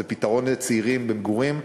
זה פתרון לצעירים במגורים.